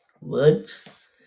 words